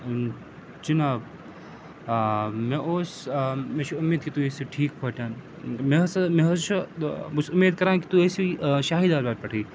جِناب مےٚ اوس مےٚ چھِ اُمید کہِ تُہۍ ٲسِو ٹھیٖک پٲٹھۍ مےٚ ہسا مےٚ حظ چھُ بہٕ چھُس اُمید کَران کہِ تُہۍ ٲسِو شاہی دربار بار پٮ۪ٹھٕے